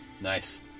Nice